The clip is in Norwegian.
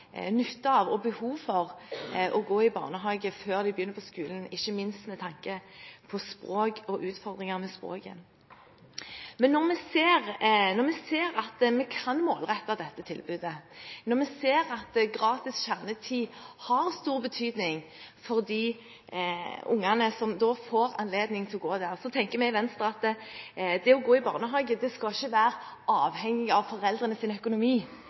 av og behov for å gå i barnehage før de begynner på skolen, ikke minst med tanke på språk og utfordringer med språket. Når vi ser at vi kan målrette dette tilbudet, og når vi ser at gratis kjernetid har stor betydning for de ungene som da får anledning til å gå der, tenker vi i Venstre at det å gå i barnehage ikke skal være avhengig av foreldrenes økonomi. Alle unger bør få den nytten som det gir å gå i barnehagen, selv om foreldrene